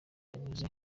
yavuze